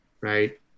right